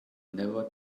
never